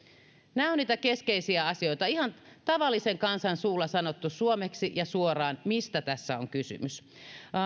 nämä ovat niitä keskeisiä asioita ihan tavallisen kansan suulla sanottu suomeksi ja suoraan mistä tässä on kysymys